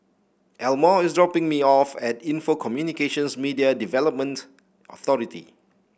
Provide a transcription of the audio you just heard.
Elmore is dropping me off at Info Communications Media Development Authority